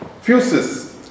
fuses